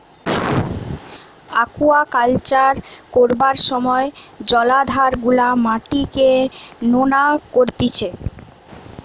aquaculture করবার সময় জলাধার গুলার মাটিকে নোনা করতিছে